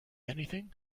anything